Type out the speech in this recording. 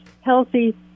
healthy